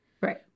Right